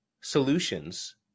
solutions